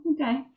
okay